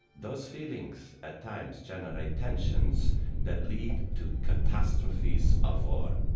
those feelings at times generate tensions that lead to catastrophes of war.